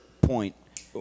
point